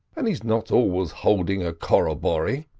and he's not always holding a corroboree.